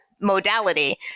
modality